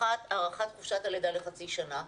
אחת הארכת חופשת הלידה לחצי שנה,